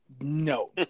no